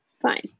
Fine